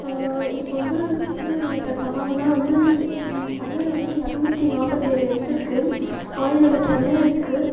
இப்போ வந்து தமிழ் மொழில இருக்க சவால்ன்னால் வந்து தமிழ்ல வந்து இரநூத்தி நாப்பத்தேழு எழுத்து இருக்குது ஆயுத எழுத்து ஒன்று இருக்குது